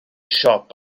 siop